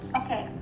okay